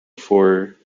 for